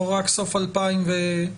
סוף 2022?